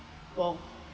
!wow!